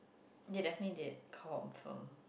they definitely did confirm